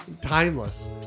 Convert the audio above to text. Timeless